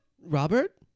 Robert